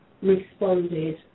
responded